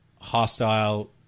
hostile